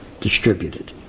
distributed